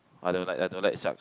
I don't like I don't like sharks